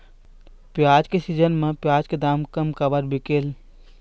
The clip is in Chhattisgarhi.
प्याज के सीजन म प्याज के दाम कम काबर बिकेल?